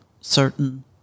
certain